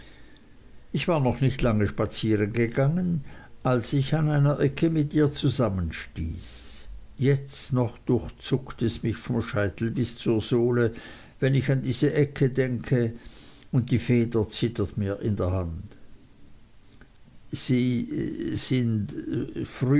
stunde noch als ich die